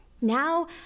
Now